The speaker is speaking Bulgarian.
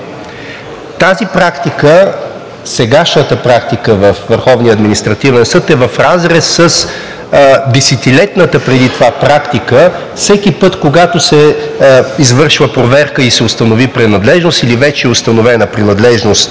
Тази практика, сегашната практика във Върховния административен съд, е в разрез с десетилетната преди това практика всеки път, когато се извършва проверка и се установи принадлежност, или вече е установена принадлежност